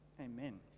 amen